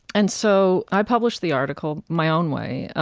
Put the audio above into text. and so i published the article my own way,